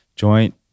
Joint